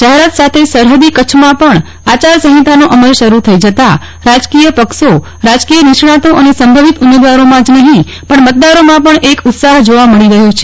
જાહેરાત સાથે જ સરહદી કચ્છમાં પણ આચારસંહિતાનો અમલ શરૂ થઇ જતા રાજકીય પક્ષો રાજકીય નિષ્ણાંતો અને સંભવિત ઉમેદવારોમાં જ નહિ પરંતુ મતદારોમાં પણ એક ઉત્સાહ જોવા મળી રહ્યો છે